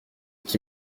qui